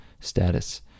status